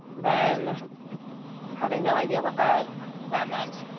then having no idea what that that meant.